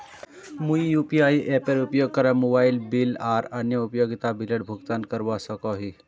मुई यू.पी.आई एपेर उपयोग करे मोबाइल बिल आर अन्य उपयोगिता बिलेर भुगतान करवा सको ही